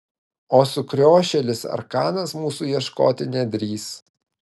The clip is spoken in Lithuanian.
o sukriošėlis arkanas mūsų ieškoti nedrįs